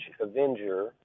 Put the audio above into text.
Avenger